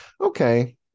okay